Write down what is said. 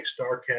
StarCast